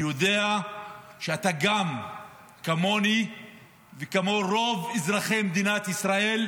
אני יודע שאתה, כמוני וכמו רוב אזרחי מדינת ישראל,